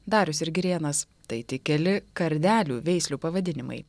darius ir girėnas tai tik keli kardelių veislių pavadinimai